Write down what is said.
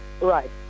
Right